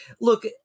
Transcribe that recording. look